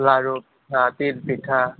লাড়ু পিঠা তিলপিঠা